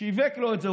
שיווק לו את זה.